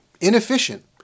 inefficient